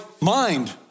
mind